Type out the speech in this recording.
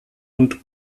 und